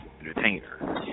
entertainer